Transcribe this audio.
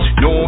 no